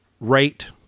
rate